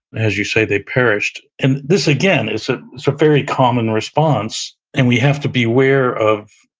as you say, they perished. and this, again, it's a so very common response and we have to be aware of,